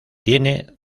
tiene